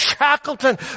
Shackleton